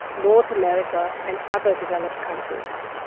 north america and other developed countries.